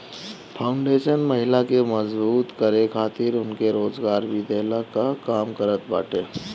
foundation महिला के मजबूत करे खातिर उनके रोजगार भी देहला कअ काम करत बाटे